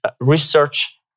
research